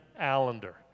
Allender